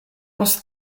post